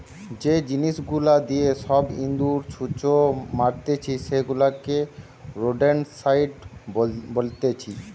যে জিনিস গুলা দিয়ে সব ইঁদুর, ছুঁচো মারতিছে সেগুলাকে রোডেন্টসাইড বলতিছে